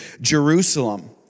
Jerusalem